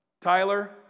Tyler